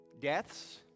deaths